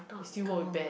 you still work with Ben